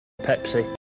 Pepsi